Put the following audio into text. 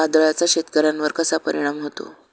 वादळाचा शेतकऱ्यांवर कसा परिणाम होतो?